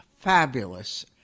fabulous